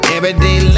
Everyday